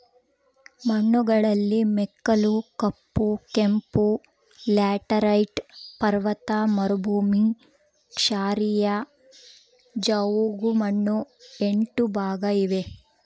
ಮಣ್ಣುಗಳಲ್ಲಿ ಮೆಕ್ಕಲು, ಕಪ್ಪು, ಕೆಂಪು, ಲ್ಯಾಟರೈಟ್, ಪರ್ವತ ಮರುಭೂಮಿ, ಕ್ಷಾರೀಯ, ಜವುಗುಮಣ್ಣು ಎಂಟು ಭಾಗ ಇವೆ